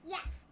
Yes